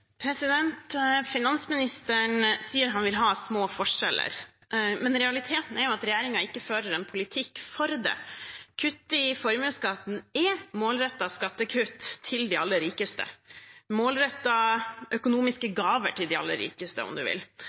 jo at regjeringen ikke fører en politikk for det. Kuttet i formuesskatten er målrettede skattekutt til de aller rikeste, målrettede økonomiske gaver til de aller rikeste, om man vil.